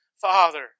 Father